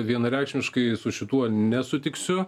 vienareikšmiškai su šituo nesutiksiu